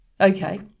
Okay